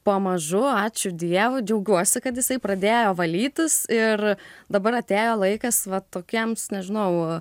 pamažu ačiū dievui džiaugiuosi kad jisai pradėjo valytis ir dabar atėjo laikas va tokiems nežinau